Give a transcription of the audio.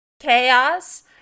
Chaos